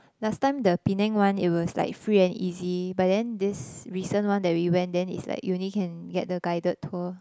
last time the Penang one it was like free and easy but then this recent one that we went then it's like you need to get the guided tour